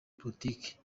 politiki